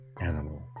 animal